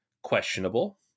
Questionable